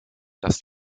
das